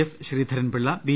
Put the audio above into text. S Sreedharan Pillai B